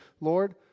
Lord